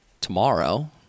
tomorrow